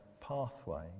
pathway